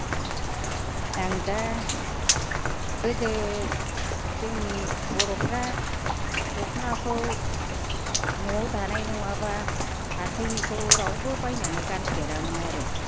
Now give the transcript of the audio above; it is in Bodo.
आं दा गोदो जोंनि बर'फ्रा दख'नाखौ न'आव दानाय नङाबा हाथाइनिखौ रावबो बायनानै गानफेरामोन आरो